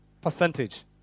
percentage